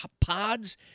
pods